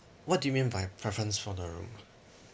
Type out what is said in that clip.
what do you mean by preference for the room ah